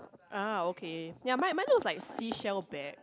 ah okay ya mine mine looks like seashell bag